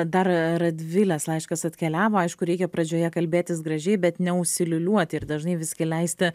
dar radvilės laiškas atkeliavo aišku reikia pradžioje kalbėtis gražiai bet neužsiliūliuoti ir dažnai visgi leisti